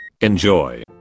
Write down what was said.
Enjoy